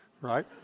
right